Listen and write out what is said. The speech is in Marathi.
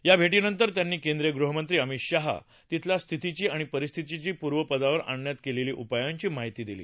या भेटीनंतर त्यांनी केंद्रीय गृहमंत्री अमित शाह यांना तिथल्या स्थितीची आणि परिस्थिती पूर्वपदावर आणण्यासाठी केलेल्या उपायांची माहिती दिली